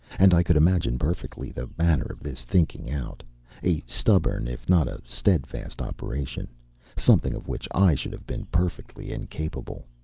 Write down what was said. and i could imagine perfectly the manner of this thinking out a stubborn if not a steadfast operation something of which i should have been perfectly incapable.